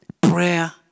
Prayer